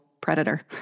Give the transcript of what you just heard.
predator